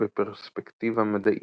בפרספקטיבה מדעית.